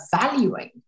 valuing